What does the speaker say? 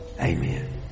Amen